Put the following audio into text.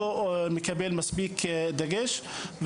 לא מקבל מספיק דגש.